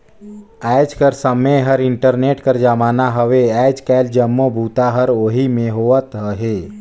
आएज कर समें हर इंटरनेट कर जमाना हवे आएज काएल जम्मो बूता हर ओही में होवत अहे